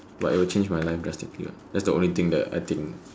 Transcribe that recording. but it will change my life drastically what that's the only thing I think